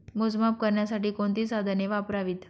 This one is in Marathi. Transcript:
मोजमाप करण्यासाठी कोणती साधने वापरावीत?